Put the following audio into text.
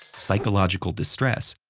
psychological distress,